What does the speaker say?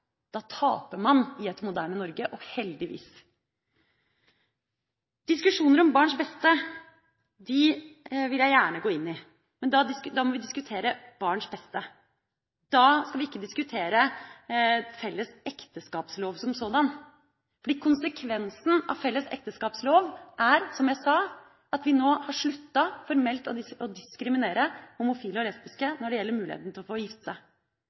Da taper man i et moderne Norge – heldigvis. Diskusjoner om barns beste vil jeg gjerne gå inn i, men da må vi diskutere barns beste. Da skal vi ikke diskutere felles ekteskapslov som sådan. Konsekvensen av felles ekteskapslov er – som jeg sa – at vi nå har sluttet formelt å diskriminere homofile og lesbiske når det gjelder muligheten til å gifte seg.